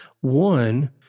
one